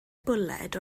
bwled